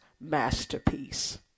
masterpiece